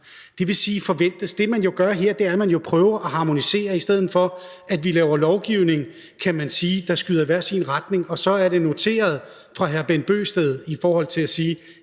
om, hvad der forventes. Det, man jo gør her, er, at man prøver at harmonisere, i stedet for at vi laver lovgivning, der skyder i hver sin retning. Og så er det noteret, at hr. Bent Bøgsted siger, at der